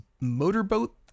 motorboat